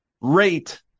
rate